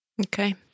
Okay